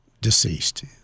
deceased